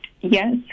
yes